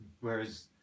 Whereas